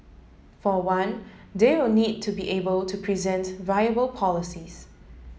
for one they will need to be able to present viable policies